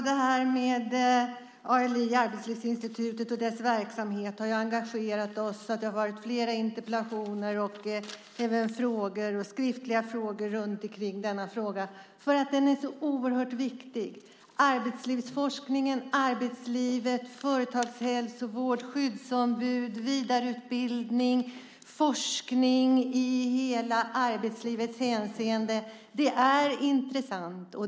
Herr talman! Arbetslivsinstitutet och dess verksamhet har ju engagerat oss. Det har varit flera interpellationer, frågor och skriftliga frågor kring detta eftersom den är så oerhört viktig. Arbetslivsforskning, arbetsliv, företagshälsovård, skyddsombud, vidareutbildning och forskning inom arbetslivet är intressant.